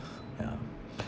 yeah